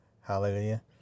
Hallelujah